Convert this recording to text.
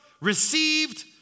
received